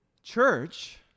Church